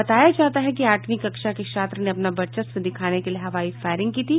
बताया जाता है कि आठवीं कक्षा के छात्र ने अपना वर्चस्व दिखाने के लिए हवाई फायरिंग की थी